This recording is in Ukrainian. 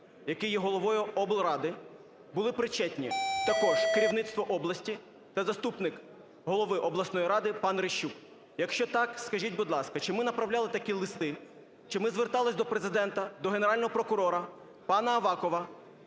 який є головою облради, були причетні також керівництво області та заступник голови обласної ради пан Рищук? Якщо так, скажіть, будь ласка, чи ми направляли такі листи? Чи ми зверталися до Президента, до Генерального прокурора, пана Авакова